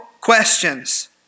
questions